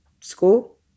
school